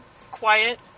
quiet